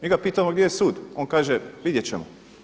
Mi ga pitamo gdje je sud, on kaže vidjet ćemo.